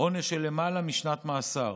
עונש של למעלה משנת מאסר.